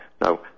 Now